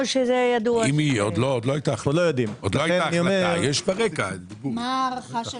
מה הערכת האוצר?